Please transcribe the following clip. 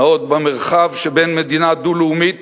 הן נעות במרחב שבין מדינה דו-לאומית,